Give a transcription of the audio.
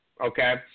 okay